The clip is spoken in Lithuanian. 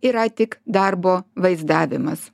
yra tik darbo vaizdavimas